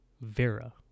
Vera